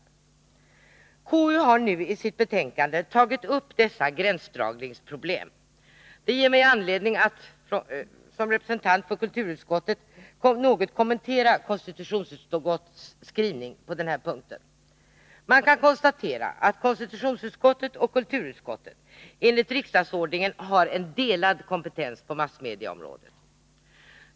Konstitutionsutskottet har nu i sitt betänkande tagit upp dessa gränsdragningsproblem. Detta ger mig anledning att som representant för kulturutskottet något kommentera konstitutionsutskottets skrivning på denna punkt. Man kan konstatera att konstitutionsutskottet och kulturutskottet enligt riksdagsordningen har en delad kompetens på massmedieområdet.